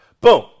Boom